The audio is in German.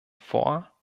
vor